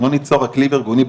אם לא ניצור אקלים ארגוני,